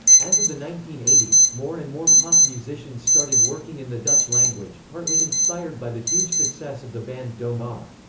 as of the nineteen eighty s, more and more pop musicians started working in the dutch language, partly inspired by the huge success of the band doe maar.